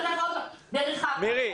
דרך אגב,